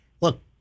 look